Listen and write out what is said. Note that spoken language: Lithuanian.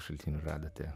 šaltinių radote